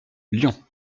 lyon